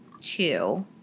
two